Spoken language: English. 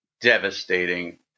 devastating